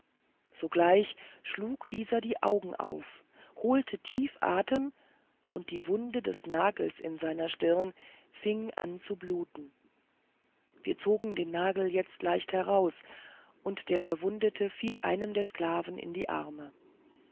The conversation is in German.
sogleich schlug dieser die augen auf holte tief atem und die wunde des nagels in seiner stirne fing an zu bluten wir zogen den nagel jetzt leicht heraus und der verwundete fiel einem der sklaven in die arme